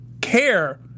Care